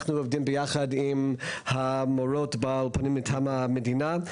אנחנו עובדים ביחד עם המורות באולפנים מטעם המדינה,